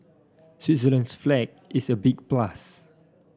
Switzerland's flag is a big plus